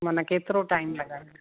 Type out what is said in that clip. मन केतिरो टाइम लॻंदो